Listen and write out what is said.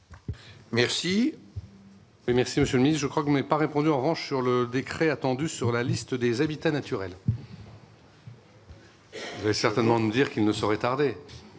Merci,